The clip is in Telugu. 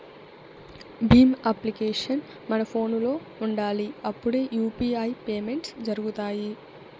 భీమ్ అప్లికేషన్ మన ఫోనులో ఉండాలి అప్పుడే యూ.పీ.ఐ పేమెంట్స్ జరుగుతాయి